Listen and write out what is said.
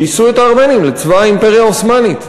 גייסו את הארמנים לצבא האימפריה העות'מאנית.